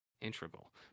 integral